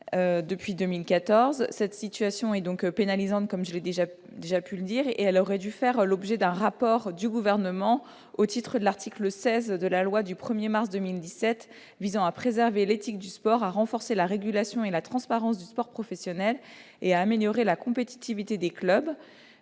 depuis 2014. Cette situation est pénalisante et aurait dû faire l'objet d'un rapport du Gouvernement au titre de l'article 16 de la loi du 1mars 2017 visant à préserver l'éthique du sport, à renforcer la régulation et la transparence du sport professionnel et à améliorer la compétitivité des clubs.